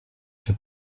się